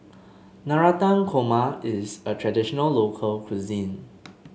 Navratan Korma is a traditional local cuisine